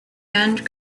end